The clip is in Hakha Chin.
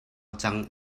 cang